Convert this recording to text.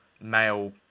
male